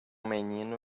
menino